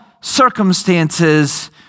circumstances